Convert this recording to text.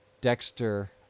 Dexter